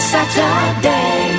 Saturday